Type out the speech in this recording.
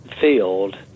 field